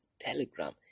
Telegram